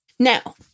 Now